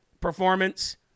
performance